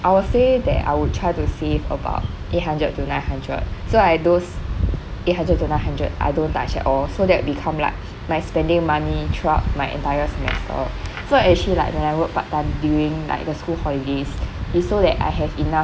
I'll say that I would try to save about eight hundred to nine hundred so like those eight hundred to nine hundred I don't touch at all so that become like my spending money throughout my entire semester so actually like when I work part time during like the school holidays it's so that I have enough